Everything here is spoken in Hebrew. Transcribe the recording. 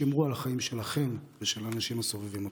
שמרו על החיים שלכם ושל האנשים הסובבים אתכם.